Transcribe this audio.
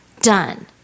done